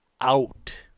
out